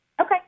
Okay